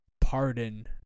pardon